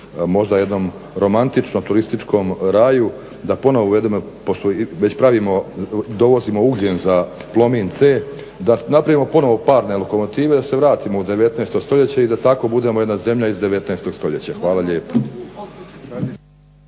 možda jednom romantičnom turističkom raju da ponovno uvedemo pošto već dovozimo ugljen za Plomin C da napravimo ponovo parne lokomotive i da se vratimo u 19.stoljeće i da tako budemo jedna zemlja iz 19.stoljeća. Hvala lijepa.